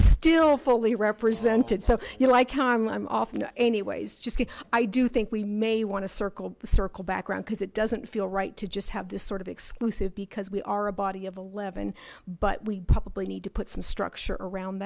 still fully represented so you like i'm off anyways just i do think we may want to circle circle back around because it doesn't feel right to just have this sort of exclusive because we are a body of the leaven but we probably need to put some structure around